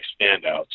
standouts